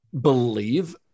believe